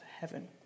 heaven